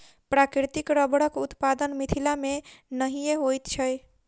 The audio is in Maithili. प्राकृतिक रबड़क उत्पादन मिथिला मे नहिये होइत छै